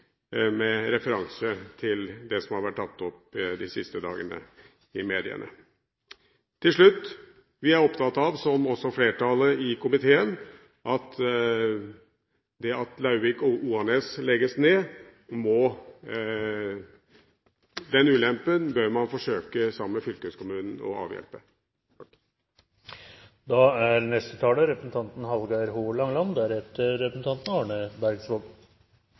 med referanse til det som har vært tatt opp de siste dagene i mediene. Til slutt: Vi er opptatt av – som også flertallet i komiteen – at ulempen ved at Lauvik–Oanes legges ned, bør man, sammen med fylkeskommunen, forsøke å avhjelpe.